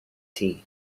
tea